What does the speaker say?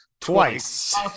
twice